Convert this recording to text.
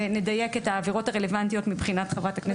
ונדייק את העבירות הרלוונטיות מבחינת חברת הכנסת מלינובסקי.